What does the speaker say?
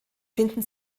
finden